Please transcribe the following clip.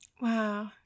Wow